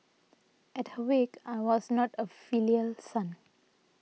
at her wake I was not a filial son